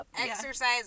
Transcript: exercise